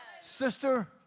Sister